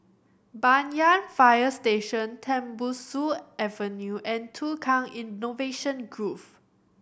Banyan Fire Station Tembusu Avenue and Tukang Innovation Grove